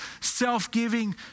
self-giving